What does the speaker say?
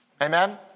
Amen